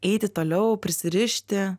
eiti toliau prisirišti